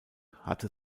hatte